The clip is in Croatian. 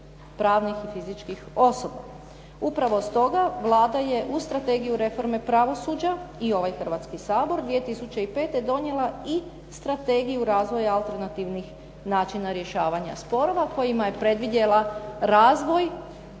pravnih i fizičkih osoba. Upravo stoga Vlada je uz Strategiju reforme pravosuđa i ovaj Hrvatski sabor, 2005. donijela i Strategiju razvoja alternativnih načina rješavanja sporova kojima je predvidjela razvoj